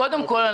קודם כל,